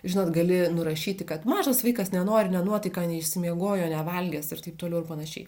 žinot gali nurašyti kad mažas vaikas nenori nenuotaika neišsimiegojo nevalgęs ir taip toliau ir panašiai